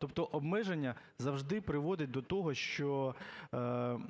Тобто обмеження завжди приводить до того, що